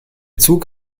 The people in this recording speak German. zug